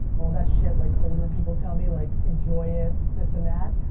all that shit like older people tell me like enjoy it, this and that.